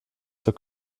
zur